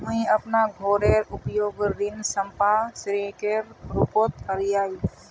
मुई अपना घोरेर उपयोग ऋण संपार्श्विकेर रुपोत करिया ही